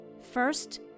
First